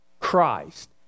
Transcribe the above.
Christ